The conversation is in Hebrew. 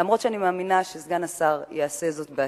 אף-על-פי שאני מאמינה שסגן השר יעשה זאת בעצמו.